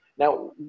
Now